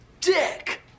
dick